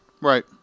Right